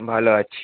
ভালো আছি